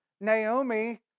Naomi